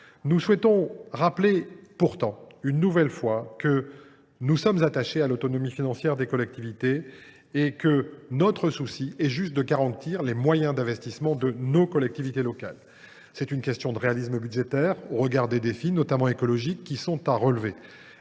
Nous souhaitons néanmoins rappeler, une nouvelle fois, notre attachement à l’autonomie financière des collectivités et notre souci de garantir les moyens d’investissement de nos collectivités locales. C’est une question de réalisme budgétaire au regard des défis, notamment écologiques, à relever,